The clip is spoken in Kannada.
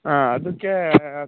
ಆಂ ಅದಕ್ಕೆ